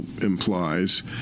implies